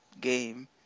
game